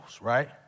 right